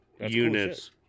units